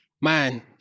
man